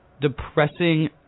depressing